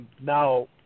now